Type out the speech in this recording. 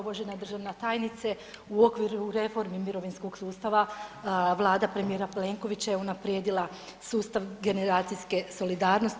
Uvažena državna tajnice u okviru reformi mirovinskog sustava Vlada premijera Plenkovića je unaprijedila sustav generacijske solidarnosti.